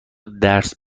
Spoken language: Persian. درس